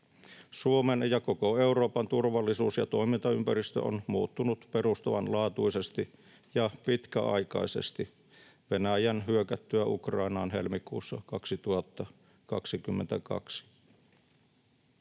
Suomen ja koko Euroopan turvallisuus- ja toimintaympäristö on muuttunut perustavanlaatuisesti ja pitkäaikaisesti Venäjän hyökättyä Ukrainaan helmikuussa 2022.